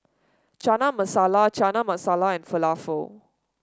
Chana Masala Chana Masala and Falafel